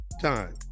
time